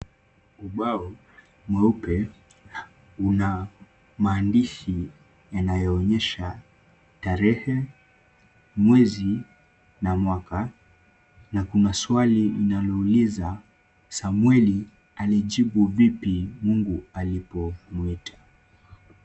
Ubao mweupe una maandishi yanayoonyesha tarehe, mwezi na mwaka na kuna swali linalouliza, Samweli alijibu vipi Mungu alipomuita.